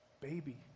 baby